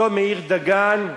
אותו מאיר דגן,